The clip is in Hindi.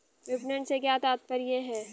विपणन से क्या तात्पर्य है?